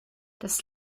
das